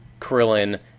Krillin